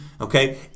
Okay